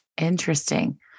Interesting